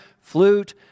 flute